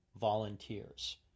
volunteers